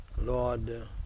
Lord